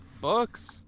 books